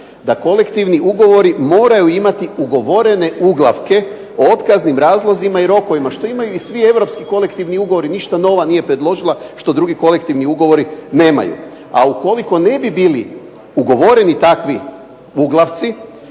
da kolektivni ugovori moraju imati ugovorene uglavke o otkaznim razlozima i rokovima što imaju i svi europski kolektivni ugovori. Ništa nova nije predložila što drugi kolektivni ugovori nemaju. A ukoliko ne bi bili ugovoreni takvi uglavci